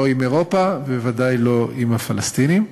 לא עם אירופה וודאי לא עם הפלסטינים.